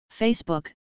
Facebook